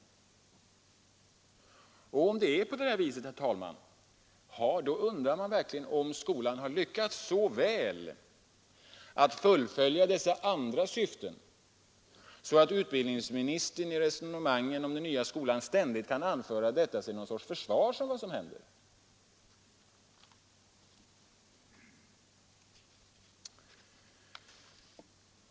Om det är på det här viset, herr talman, undrar man verkligen om skolan har lyckats så väl att fullfölja sina andra syften att utbildningsministern i resonemangen om den nya skolan ständigt kan anföra detta till någon sorts försvar för vad som händer.